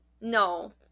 No